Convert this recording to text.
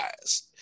guys